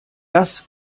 das